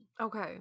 okay